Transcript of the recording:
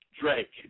Drake